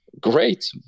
great